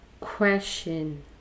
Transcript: question